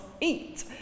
eat